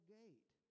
gate